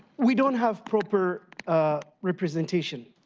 we do not have proper representation.